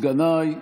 סגניי,